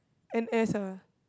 N_S ah